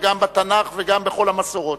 גם בתנ"ך וגם בכל המסורות,